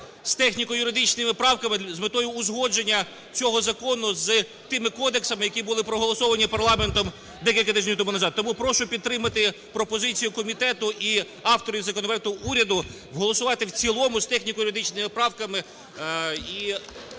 з техніко-юридичними правками, з метою узгодження цього закону з тими кодексами, які були проголосовані парламентом декілька тижнів тому назад. Тому прошу підтримати пропозицію комітету і авторів законопроекту уряду голосувати в цілому, з техніко-юридичними правками,